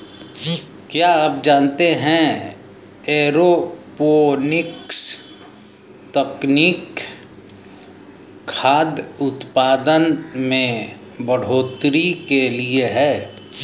क्या आप जानते है एरोपोनिक्स तकनीक खाद्य उतपादन में बढ़ोतरी के लिए है?